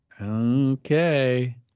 Okay